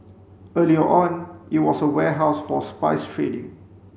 earlier on it was a warehouse for spice trading